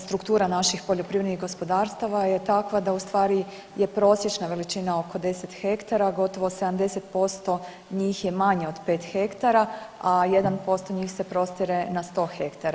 Struktura naših poljoprivrednih gospodarstava je takva da u stvari je prosječna veličina oko 10 hektara, gotovo 70% njih je manje od 5 hektara, a 1% njih se prostire na 100 hektara.